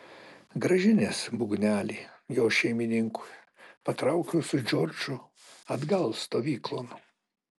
grąžinęs būgnelį jo šeimininkui patraukiau su džordžu atgal stovyklon